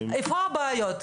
איפה הבעיות?